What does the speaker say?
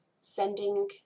sending